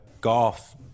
Golf